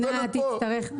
המדינה נותנת פה ונותנת פה.